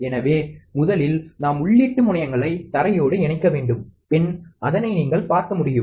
எனவே முதலில் நாம் உள்ளீட்டு முனையங்களை தரையோடு இணைக்கவேண்டும் பின் அதனை நீங்கள் பார்க்க முடியும்